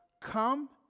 Come